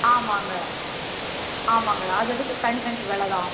ஆமாங்க ஆமாங்க அது அதுக்கு தனித்தனி விலை தான்